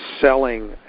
selling